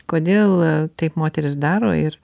kodėl taip moterys daro ir